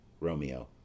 Romeo